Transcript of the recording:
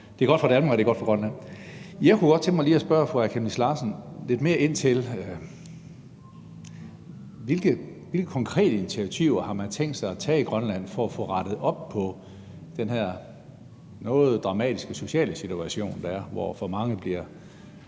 det er godt for Danmark, det er godt for Grønland. Jeg kunne godt tænke mig lige at spørge fru Aaja Chemnitz Larsen lidt mere ind til, hvilke konkrete initiativer man har tænkt sig at tage i Grønland for at få rettet op på den her noget dramatiske sociale situation, der er, hvor for mange bliver